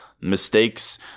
mistakes